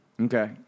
Okay